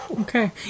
Okay